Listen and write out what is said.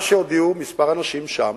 מה שהודיעו כמה אנשים שם,